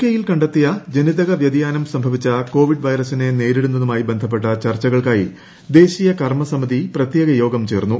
കെയിൽ കണ്ടെത്തിയ ജനിതക വൃത്തിിയാനം സംഭവിച്ച കോവിഡ് വൈറസിനെ നേരിടുന്നത്ത്മായി ബന്ധപ്പെട്ട ചർച്ചകൾക്കായി ദേശീയ കർമ്മൂസ്മിത്രീ പ്രത്യേക യോഗം ചേർന്നു